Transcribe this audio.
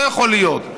לא יכול להיות.